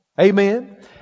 Amen